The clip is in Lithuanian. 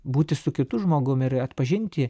būti su kitu žmogum ir atpažinti